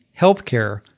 healthcare